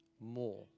more